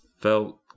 felt